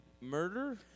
murder